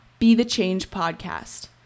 bethechangepodcast